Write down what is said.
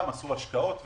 הם גם עשו השקעות וכולי.